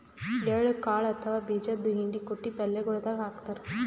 ಎಳ್ಳ ಕಾಳ್ ಅಥವಾ ಬೀಜದ್ದು ಹಿಂಡಿ ಕುಟ್ಟಿ ಪಲ್ಯಗೊಳ್ ದಾಗ್ ಹಾಕ್ತಾರ್